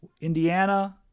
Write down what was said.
Indiana